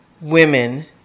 women